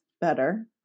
better